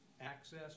Access